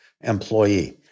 employee